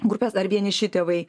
grupes ar vieniši tėvai